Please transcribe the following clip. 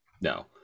No